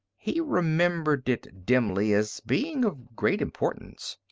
he remembered it dimly as being of great importance.